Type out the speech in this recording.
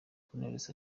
knowless